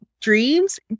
dreams